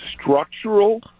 structural